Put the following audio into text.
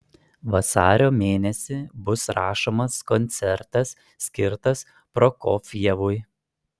vasario mėnesį bus rašomas koncertas skirtas prokofjevui